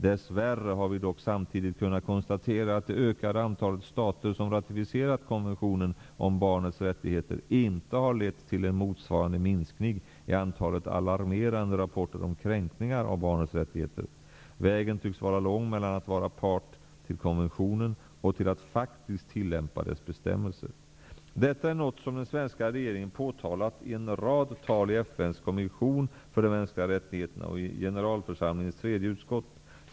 Dess värre har vi dock samtidigt kunnat konstatera att det ökade antalet stater som ratificerat konventionen om barnets rättigheter inte har lett till en motsvarande minskning i antalet alarmerande rapporter om kränkningar av barnets rättigheter. Vägen tycks vara lång mellan att vara part till konventionen och till att faktiskt tillämpa dess bestämmelser. Detta är något som den svenska regeringen påtalat i en rad tal i FN:s kommission för de mänskliga rättigheterna och i generalförsamligens tredje utskott.